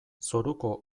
zoruko